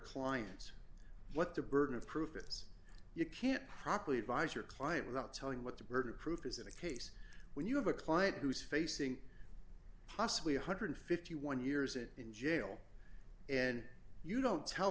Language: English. clients what the burden of proof is you can't properly advise your client without telling what the burden of proof is in a case when you have a client who's facing possibly one hundred and fifty one years it in jail and you don't tell